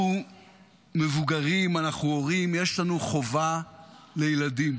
אנחנו מבוגרים, אנחנו הורים, יש לנו חובה לילדים.